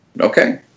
Okay